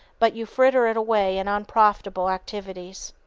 but you fritter it away in unprofitable activities.